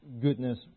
goodness